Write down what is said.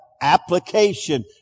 application